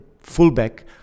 fullback